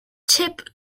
tip